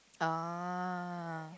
ah